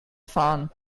fahren